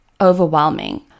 overwhelming